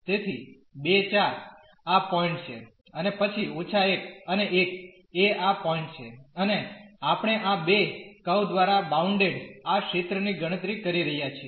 તેથી 2 4 આ પોઈન્ટ છે અને પછી −1 અને 1 એ આ પોઈન્ટ છે અને આપણે આ બે કર્વ દ્વારા બાઉન્ડેડ આ ક્ષેત્રની ગણતરી કરી રહ્યા છીએ